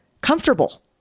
comfortable